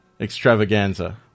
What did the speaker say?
extravaganza